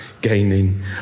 Gaining